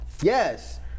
Yes